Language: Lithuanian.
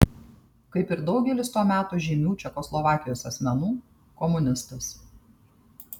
kaip ir daugelis to meto žymių čekoslovakijos asmenų komunistas